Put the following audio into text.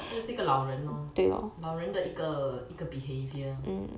他就是一个老人 lor 老人的一个一个 behaviour